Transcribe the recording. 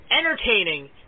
entertaining